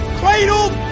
cradled